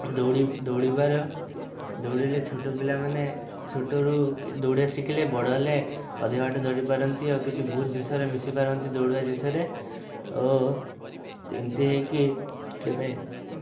ଦୌଡ଼ି ଦୌଡ଼ିବାର ଦୌଡ଼ିଲେ ଛୋଟ ପିଲାମାନେ ଛୋଟରୁ ଦୌଡ଼ିବା ଶିଖିଲେ ବଡ଼ ହେଲେ ଅଧିକ ବାଟ ଦୌଡ଼ି ପାରନ୍ତି ଆଉ କିଛି ବହୁତ ଜିନିଷରେ ମିଶିପାରନ୍ତି ଦୌଡ଼ିବା ଜିନିଷରେ ଓ ଏମିତି ହେଇକି କେବେ